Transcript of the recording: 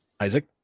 Isaac